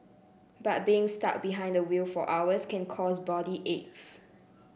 but being stuck behind the wheel for hours can cause body aches